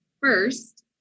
first